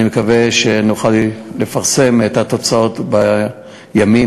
אני מקווה שנוכל לפרסם את התוצאות בימים,